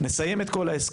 יהיה